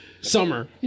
summer